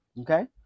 okay